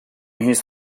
his